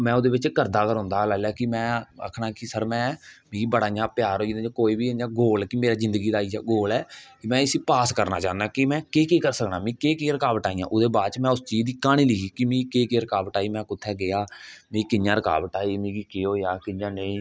में ओहदे बिच करदा गै रौंहदा हा लैई ले कि में आक्खना कि मिगी बडा इयां प्यार होई गेदा हा मेरा इयां जिंगदी दा गोल जिंगदी दा इयै गोल ऐ कि में इसाी पास करना चाहन्ना कि में केह् केह् करी सकना मिगी केह् केह् रकाबट आइयां ओहदे बाद च में उस चीज दी क्हानी लिखी मिगी केह् केह् रकावट आई में कुत्थे गया मिगी कियां रकावट आई मिगी केह् होया कियां नेई